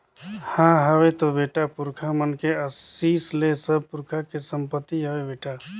हां हवे तो बेटा, पुरखा मन के असीस ले सब पुरखा के संपति हवे बेटा